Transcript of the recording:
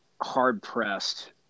hard-pressed